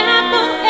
Apple